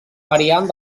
variant